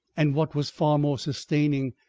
and what was far more sustaining,